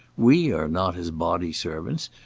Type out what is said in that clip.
we are not his body servants,